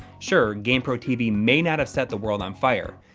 sure, gamepro tv may not have set the world on fire,